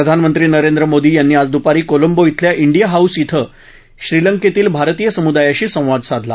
प्रधानमंत्री मोदी यांनी आज दुपारी कोलंबो बिल्या डिया हाऊस बिं श्रीलंकेतील भारतीय समुदायाशी संवाद साधला